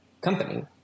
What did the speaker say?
company